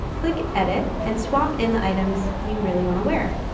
click edit and swap in the items you really want to wear